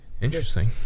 interesting